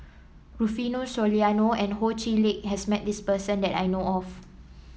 Rufino Soliano and Ho Chee Lick has met this person that I know of